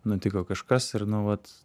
nutiko kažkas ir nu vat